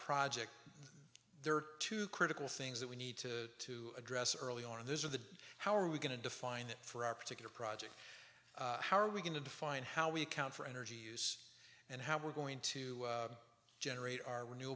project there are two critical things that we need to address early on in this are the how are we going to define for our particular project how are we going to define how we account for energy use and how we're going to generate our renew